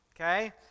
okay